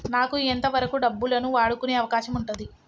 నాకు ఎంత వరకు డబ్బులను వాడుకునే అవకాశం ఉంటది?